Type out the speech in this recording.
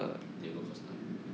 diego costa